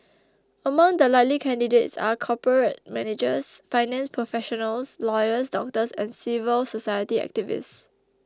among the likely candidates are corporate managers finance professionals lawyers doctors and civil society activists